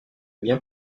bien